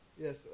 Yes